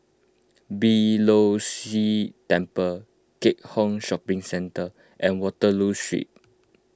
Beeh Low See Temple Keat Hong Shopping Centre and Waterloo Street